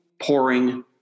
pouring